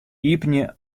iepenje